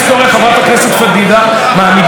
מעמידים את העובדות שהוצגו כאן,